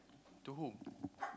to who